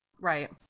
Right